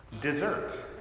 Dessert